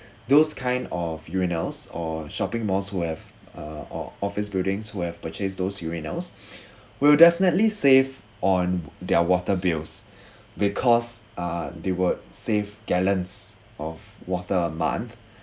those kind of urinals or shopping malls who have uh or office buildings who have purchased those urinals will definitely save on their water bills because uh they would save gallons of water a month